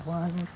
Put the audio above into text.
one